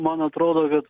man atrodo kad